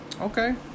Okay